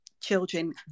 children